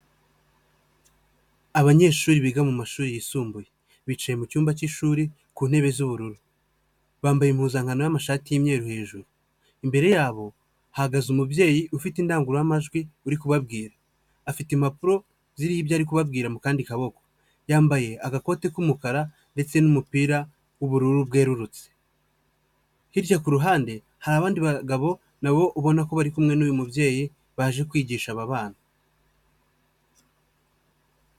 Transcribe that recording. Abanyeshuri biga mu mashuri yisumbuye. Bicaye mu cyumba cy'ishuri, ku ntebe z'ubururu. Bambaye impuzankano y'amashati y'imyeru hejuru. Imbere yabo, hahagaze umubyeyi ufite indangururamajwi uri kubabwira. Afite impapuro ziriho ibyo ari kubabwira mu kandi kaboko. Yambaye agakoti k'umukara ndetse n'umupira w'ubururu bwerurutse. Hirya kuruhande, hari abandi bagabo nabo ubona ko bari kumwe n'uyu mubyeyi baje kwigisha aba bana.